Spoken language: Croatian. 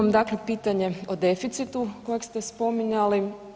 Imam dakle pitanje o deficitu kojeg ste spominjali.